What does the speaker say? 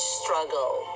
struggle